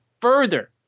further